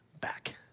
back